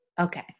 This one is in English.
Okay